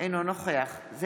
אינו נוכח משה ארבל,